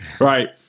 right